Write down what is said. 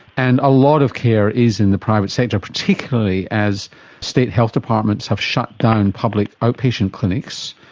and a lot of care is in the private sector, particularly as state health departments have shut down public outpatient clinics.